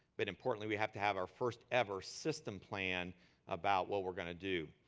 but importantly, we have to have our first ever system plan about what we're going to do.